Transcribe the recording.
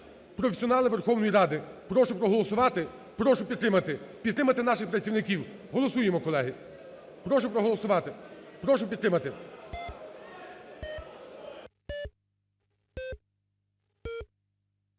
професіонали Верховної Ради. Прошу проголосувати, прошу підтримати, підтримати наших працівників, голосуємо, колеги. Прошу проголосувати, прошу підтримати.